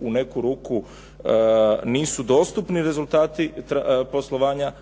u neku ruku nisu dostupni rezultati poslovanja,